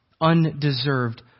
undeserved